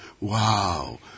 wow